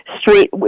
street